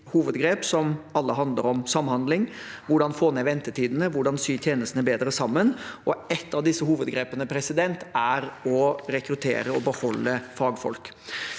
hovedgrep som alle handler om samhandling, hvordan få ned ventetidene, og hvordan sy tjenestene bedre sammen. Et av disse hovedgrepene er å rekruttere og beholde fagfolk.